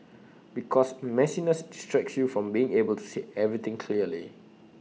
because messiness distracts you from being able to see everything clearly